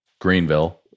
Greenville